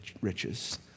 riches